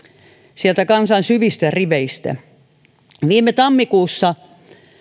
sieltä kansan syvistä riveistä viime tammikuussa